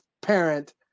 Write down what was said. parent